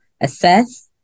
assess